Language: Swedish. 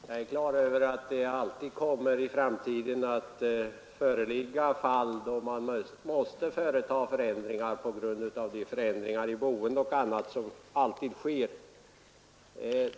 Herr talman! Jag är på det klara med att det i framtiden alltid kommer att föreligga fall då man måste göra förändringar på grund av de ändringar i boende och andra avseenden som alltid sker.